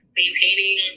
maintaining